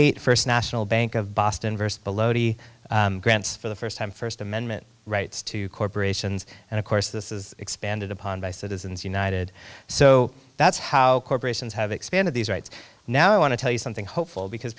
eight first national bank of boston versus below the grants for the first time first amendment rights to corporations and of course this is expanded upon by citizens united so that's how corporations have expanded these rights now i want to tell you something hopeful because